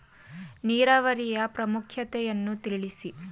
ನೀರಾವರಿಯ ಪ್ರಾಮುಖ್ಯತೆ ಯನ್ನು ತಿಳಿಸಿ?